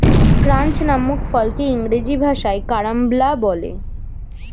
ক্রাঞ্চ নামক ফলকে ইংরেজি ভাষায় কারাম্বলা বলে